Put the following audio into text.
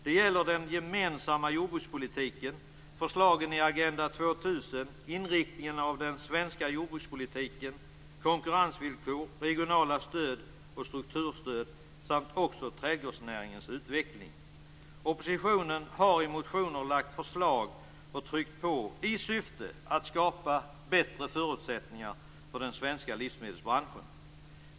Det gäller den gemensamma jordbrukspolitiken, förslagen i Agenda 2000, inriktningen av den svenska jordbrukspolitiken, konkurrensvillkor, regionala stöd, strukturstöd samt trädgårdsnäringens utveckling. Oppositionen har i motioner lagt fram förslag och tryckt på i syfte att skapa bättre förutsättningar för den svenska livsmedelsbranschen.